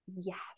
yes